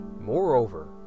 Moreover